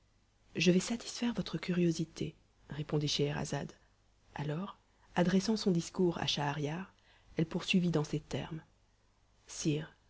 je vais satisfaire votre curiosité répondit scheherazade alors adressant son discours à schahriar elle poursuivit dans ces termes sire